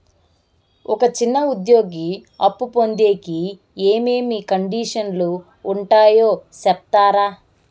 ఒక చిన్న ఉద్యోగి అప్పు పొందేకి ఏమేమి కండిషన్లు ఉంటాయో సెప్తారా?